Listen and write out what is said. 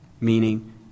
Meaning